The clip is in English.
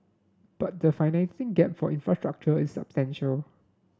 but the financing gap for infrastructure is substantial